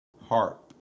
Harp